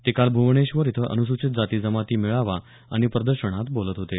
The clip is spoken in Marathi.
ते काल भुवनेश्वर इथं अनुसूचित जाती जमाती मेळावा आणि प्रदर्शनात बोलत होते